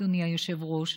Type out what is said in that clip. אדוני היושב-ראש,